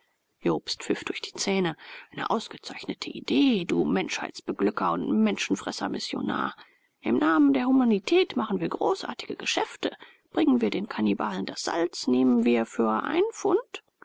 jobst pfiff durch die zähne eine ausgezeichnete idee du menschheitsbeglücker und menschenfressermissionar im namen der humanität machen wir großartige geschäfte bringen wir den kannibalen das salz nehmen wir für ein pfund